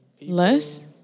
Less